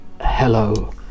hello